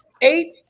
eight